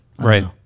right